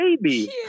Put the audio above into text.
baby